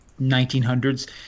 1900s